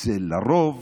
זה לרוב